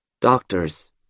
Doctors